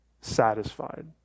satisfied